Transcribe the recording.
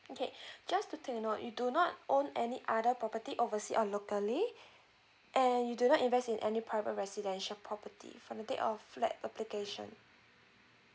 okay just to take note you do not own any other property oversea or locally and you do not invest in any private residential property from the date of flat application